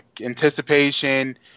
anticipation